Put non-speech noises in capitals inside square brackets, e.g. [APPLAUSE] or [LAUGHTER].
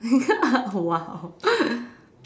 [LAUGHS] !wow!